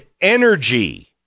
energy